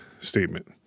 statement